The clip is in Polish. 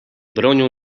bronią